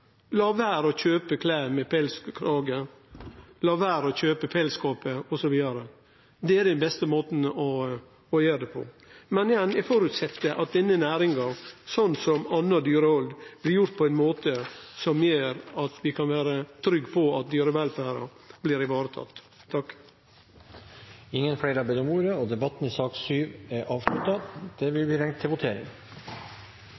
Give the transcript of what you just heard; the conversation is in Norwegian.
vere å kjøpe klede med pelskrage, lar vere å kjøpe pelskåpe, osv. Det er den beste måten å gjere det på. Igjen: Eg føreset at denne næringa – som anna dyrehald – blir driven på ein måte som gjer at vi kan vere trygge på at dyrevelferda blir varetatt. Flere har ikke bedt om ordet til sak nr. 7. Under debatten er det satt fram i alt fem forslag. Det er